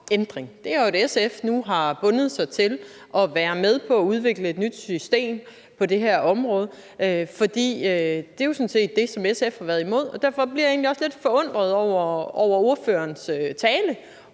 ændring: at SF nu har bundet sig til at være med på at udvikle et nyt system på det her område. For det er sådan set det, som SF har været imod. Og derfor bliver jeg egentlig også lidt forundret over ordførerens tale